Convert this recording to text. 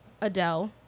Adele